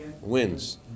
wins